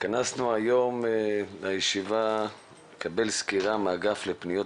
התכנסנו היום לישיבה על מנת לקבל סקירה מהאגף לפניות